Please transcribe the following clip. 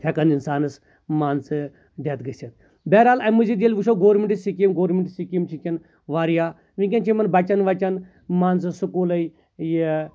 ہیٚکان اِنسانَس مان ژٕ گٔژھتھ بہرحال اَمہِ مٔزیٖد ییٚلہِ وُچھو گورمیٚنٛٹٕچ سکیٖم گورمیٚنٹ سکیٖم چھِ وُنٛکیٚن واریاہ ؤنٛکیٚن چھِ یِمن بَچن وَچن منٛزٕ سکوٗلے